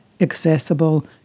accessible